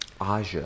Aja